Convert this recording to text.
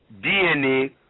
DNA